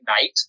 night